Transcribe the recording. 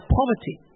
poverty